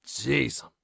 Jesus